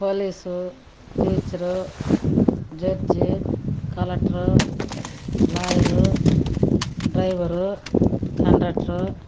police teacher judge collector lawyer driver conductor